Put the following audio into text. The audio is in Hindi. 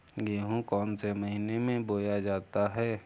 गेहूँ कौन से महीने में बोया जाता है?